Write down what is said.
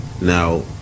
Now